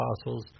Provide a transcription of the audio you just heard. Apostles